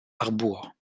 arbour